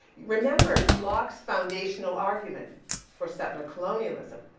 remember locke's foundational argument for settler colonialism.